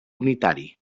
unitari